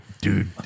dude